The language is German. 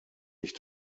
ich